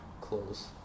clothes